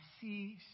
see